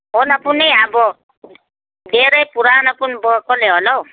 हुन पनि अब धेरै पुरानो पनि भएकोले होला हौ